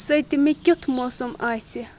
سٔتمہِ کِیُتھ موسم آسہِ